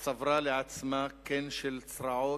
הממשלה הזאת צברה לעצמה קן של צרעות